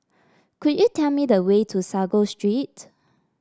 could you tell me the way to Sago Street